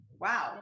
Wow